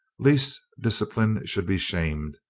lest discipline should be shamed,